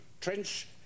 Trench